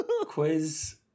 Quiz